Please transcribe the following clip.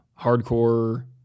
hardcore